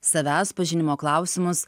savęs pažinimo klausimus